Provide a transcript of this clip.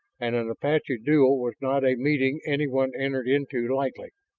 and an apache duel was not a meeting anyone entered into lightly.